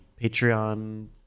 patreon